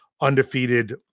undefeated